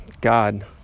God